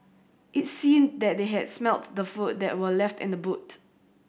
it seemed that they had smelt the food that were left in the boot